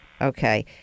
okay